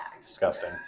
Disgusting